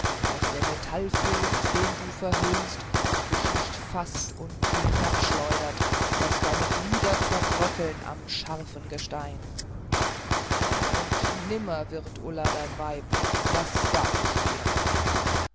daß der metallfürst den du verhöhnst dich nicht faßt und hinabschleudert daß deine glieder zerbröckeln am scharfen gestein und nimmer wird ulla dein weib das sag ich dir